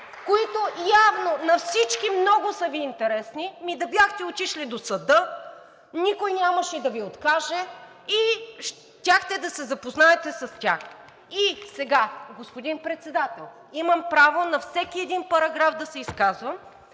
които явно на всички много са Ви интересни, ами да бяхте отишли до съда, никой нямаше да Ви откаже и щяхте да се запознаете с тях. И сега, господин Председател, имам право на всеки един параграф да се изказвам,